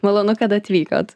malonu kad atvykot